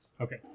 Okay